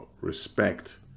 respect